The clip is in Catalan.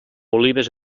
olives